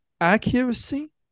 accuracy